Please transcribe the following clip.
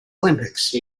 olympics